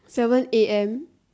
seven a_m